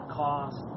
cost